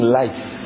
life